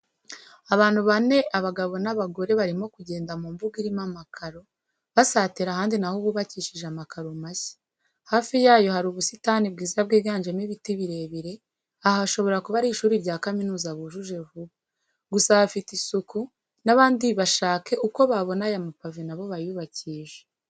Abantu bane abagore ni abagabo barimo kugenda mu mbuga irimo amakaro, basatira ahandi na ho hubakishije amakaro mashya, hafi yayo hari ubusitani bwiza bwiganjemo ibiti birebire, aha hashobora kuba ari ishuri rya kaminuza bujuje vuba, gusa hafite isuku, n'abandi bashake ukobabona aya mapave na bo bayubakishe.